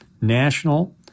national